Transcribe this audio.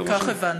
כך הבנתי.